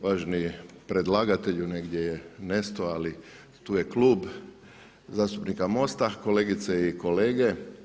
Uvaženi predlagatelju negdje je nestao, ali tu je Klub zastupnika MOST-a, kolegice i kolege.